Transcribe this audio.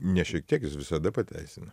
ne šiek tiek jis visada pateisina